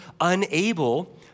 unable